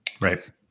Right